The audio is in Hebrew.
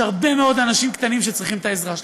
הרבה מאוד אנשים קטנים שצריכים את העזרה שלהם.